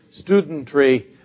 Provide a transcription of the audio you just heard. studentry